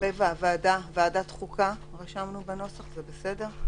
שלגבי ועדת החוקה רשמנו בנוסח, זה בסדר?